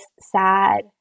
sad